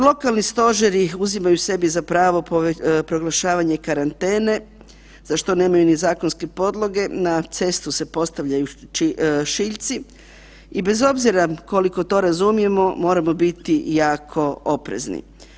Lokalni stožeri uzimaju sebi za pravo proglašavanje karantene za što nemaju ni zakonske podloge, na cestu se postavljaju šiljci i bez obzira koliko to razumijemo moramo biti jako oprezni.